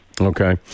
Okay